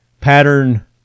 pattern